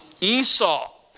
Esau